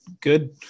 good